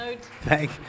Thank